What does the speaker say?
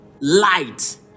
light